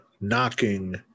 knocking